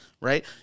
Right